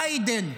ביידן,